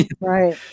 Right